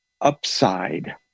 upside